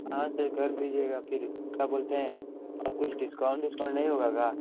हाँ सर कर दीजिएगा फिर क्या बोलते हैं और कुछ डिस्काउंट विस्काउंट नहीं होगा का